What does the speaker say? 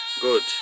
Good